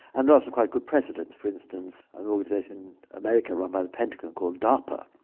and are also quite good precedents for instance, an organisation in america run by the pentagon called darpa,